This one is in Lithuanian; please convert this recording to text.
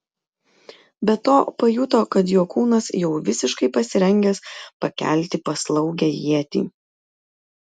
be to pajuto kad jo kūnas jau visiškai pasirengęs pakelti paslaugią ietį